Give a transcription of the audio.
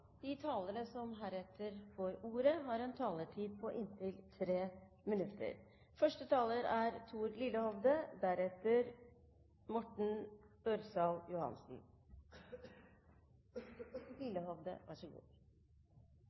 De talere som heretter får ordet, har en taletid på inntil 3 minutter. Neste taler er